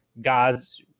gods